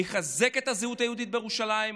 נחזק את הזהות היהודית בירושלים,